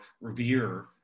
revere